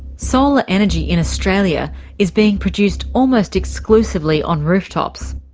solar energy in australia is being produced almost exclusively on rooftops.